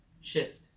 shift